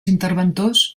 interventors